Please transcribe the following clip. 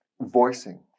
voicing